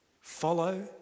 Follow